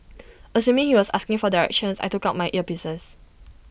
assuming he was asking for directions I took out my earpieces